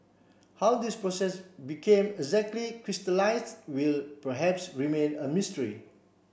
how this process became exactly crystallised will perhaps remain a mystery